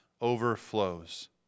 overflows